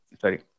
Sorry